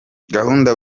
gahunda